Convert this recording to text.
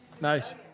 Nice